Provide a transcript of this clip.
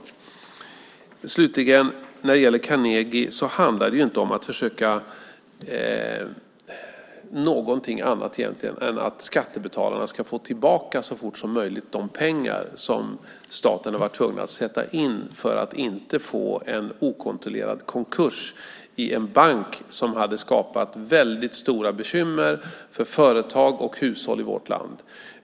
När det slutligen gäller Carnegie handlar det egentligen inte om någonting annat än att skattebetalarna så fort som möjligt ska få tillbaka de pengar som staten har varit tvungen att sätta in för att inte få en okontrollerad konkurs i en bank, vilket hade skapat väldigt stora bekymmer för företag och hushåll i vårt land.